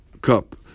cup